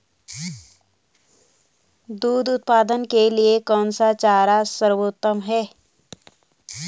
दूध उत्पादन के लिए कौन सा चारा सर्वोत्तम है?